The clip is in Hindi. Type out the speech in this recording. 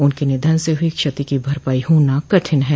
उनके निधन से हुई क्षति की भरपाई होना कठिन है